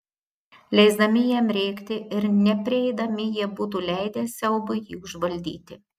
leisdami jam rėkti ir neprieidami jie būtų leidę siaubui jį užvaldyti